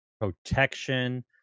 protection